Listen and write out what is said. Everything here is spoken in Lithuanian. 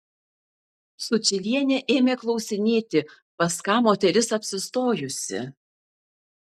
sučylienė ėmė klausinėti pas ką moteris apsistojusi